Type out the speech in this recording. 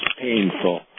painful